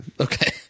Okay